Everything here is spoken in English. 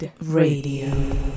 RADIO